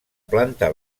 planta